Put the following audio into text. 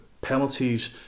penalties